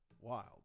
Wild